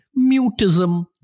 mutism